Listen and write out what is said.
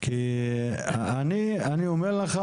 אני אומר לך